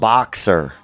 Boxer